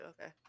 okay